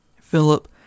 Philip